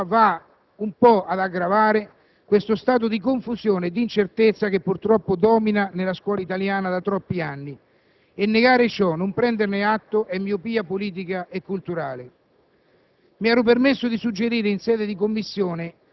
Ebbene, questa ulteriore riforma va un po' ad aggravare questo stato di confusione e incertezza che purtroppo domina nella scuola italiana da troppi anni. Negare ciò, e non prenderne atto, è pura miopia politica e culturale.